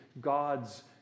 God's